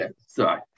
sorry